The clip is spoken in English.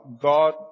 God